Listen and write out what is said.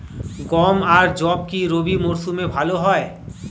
গম আর যব কি রবি মরশুমে ভালো হয়?